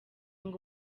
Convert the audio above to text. ngo